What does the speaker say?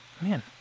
Man